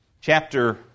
chapter